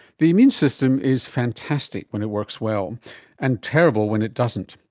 the immune system is fantastic when it works well and terrible when it doesn't.